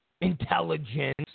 intelligence